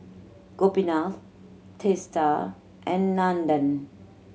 Gopinath Teesta and Nandan